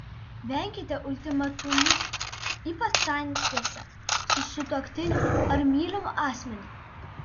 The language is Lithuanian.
venkite ultimatumų ypač santykiuose su sutuoktiniu ar mylimu asmeniu